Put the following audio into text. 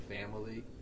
family